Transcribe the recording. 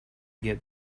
get